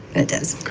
it does